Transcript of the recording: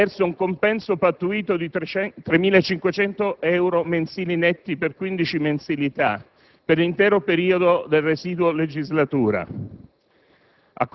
attraverso un compenso pattuito di 3.500 euro mensili netti, per quindici mensilità, per l'intero periodo residuo della legislatura.